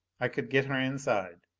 i could get her inside.